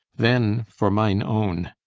then for mine own.